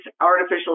artificial